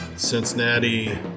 Cincinnati